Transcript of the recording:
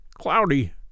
cloudy